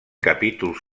capítols